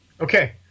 Okay